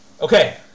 Okay